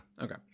Okay